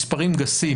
במספרים גסים,